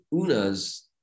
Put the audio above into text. Una's